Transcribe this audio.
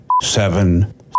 seven